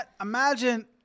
Imagine